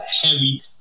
heavy